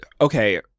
okay